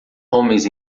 homens